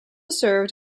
served